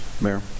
Mayor